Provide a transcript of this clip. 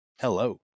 Hello